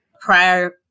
prior